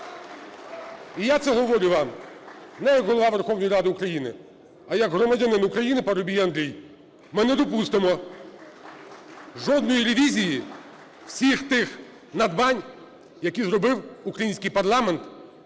І я це говорю вам не як Голова Верховної Ради України, а як громадянин України Парубій Андрій. Ми не допустимо жодної ревізії всіх тих надбань, які зробив український парламент